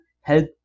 help